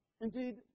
Indeed